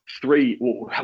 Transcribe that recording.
three